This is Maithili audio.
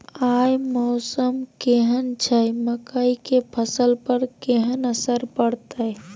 आय मौसम केहन छै मकई के फसल पर केहन असर परतै?